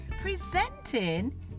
Presenting